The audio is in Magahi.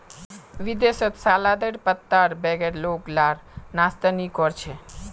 विदेशत सलादेर पत्तार बगैर लोग लार नाश्ता नि कोर छे